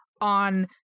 on